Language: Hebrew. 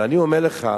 אבל אני אומר לך: